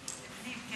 ההצעה להעביר את